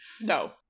No